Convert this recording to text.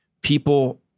people